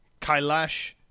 Kailash